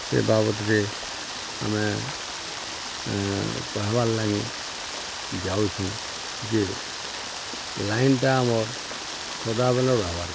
ସେ ବାବଦ୍ରେ ଆମେ କହେବାର୍ ଲାଗି ଯାଉଛୁଁ ଯେ ଲାଇନ୍ଟା ଆମର୍ ସଦାବେଲେ ରହେବାର୍ କଥା